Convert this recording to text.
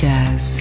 Jazz